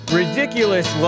ridiculous